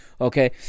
Okay